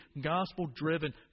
gospel-driven